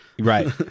Right